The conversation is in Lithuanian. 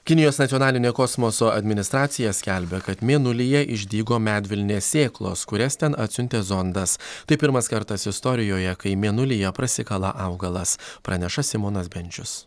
kinijos nacionalinė kosmoso administracija skelbia kad mėnulyje išdygo medvilnės sėklos kurias ten atsiuntė zondas tai pirmas kartas istorijoje kai mėnulyje prasikala augalas praneša simonas bendžius